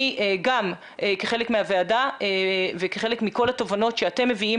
אני גם כחלק מהוועדה וכחלק מכל התובנות שאתם מביאים